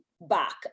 back